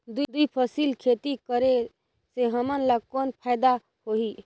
दुई फसली खेती करे से हमन ला कौन फायदा होही?